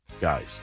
guys